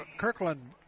Kirkland